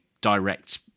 direct